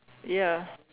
ya